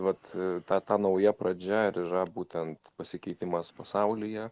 vat ta ta nauja pradžia ir yra būtent pasikeitimas pasaulyje